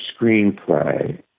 screenplay